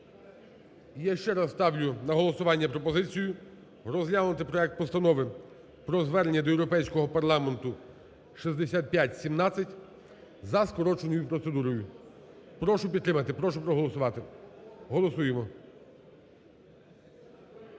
я ще раз ставлю на голосування пропозицію розглянути проект Постанови про Звернення до Європейського Парламенту (6517) за скороченою процедурою. Прошу підтримати, проголосувати, голосуємо.